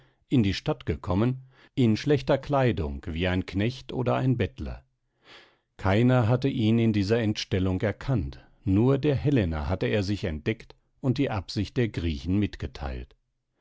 in die stadt gekommen in schlechter kleidung wie ein knecht oder ein bettler keiner hatte ihn in dieser entstellung erkannt nur der helena hatte er sich entdeckt und die absicht der griechen mitgeteilt